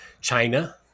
china